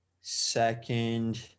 Second